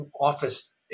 office